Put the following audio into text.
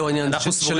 אנחנו סבורים אחרת.